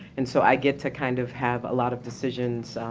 and so i get to kind of have a lot of decisions,